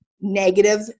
negative